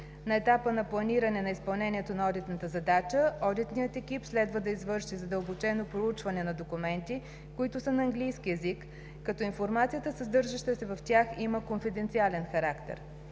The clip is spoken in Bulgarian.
На етапа на планиране на изпълнението на одитната задача одитният екип следва да извърши задълбочено проучване на документи, които са на английски език, като информацията, съдържаща се в тях, има конфиденциален характер.